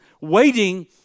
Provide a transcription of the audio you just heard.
waiting